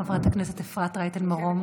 חברת הכנסת אפרת רייטן מרום,